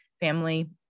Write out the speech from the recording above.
family